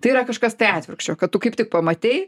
tai yra kažkas tai atvirkščio kad tu kaip tik pamatei